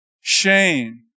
shame